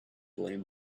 blame